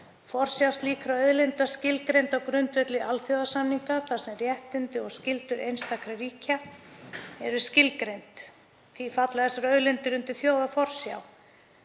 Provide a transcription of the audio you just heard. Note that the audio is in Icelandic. forsjá slíkra auðlinda skilgreind á grundvelli alþjóðasamninga þar sem réttindi og skyldur einstakra ríkja eru skilgreind. Því falla þessar auðlindir undir þjóðarforsjá.